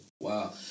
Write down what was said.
Wow